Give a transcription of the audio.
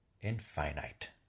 infinite